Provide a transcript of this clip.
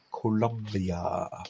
Colombia